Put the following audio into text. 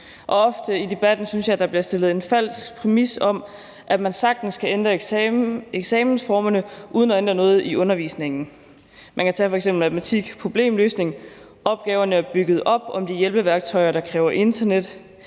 ofte bliver der, synes jeg, i debatten stillet en falsk præmis op om, at man sagtens kan ændre eksamensformerne uden at ændre noget i undervisningen. Man kan tage matematik med problemløsning som eksempel. Opgaverne er bygget op om de hjælpeværktøjer, der kræver internet;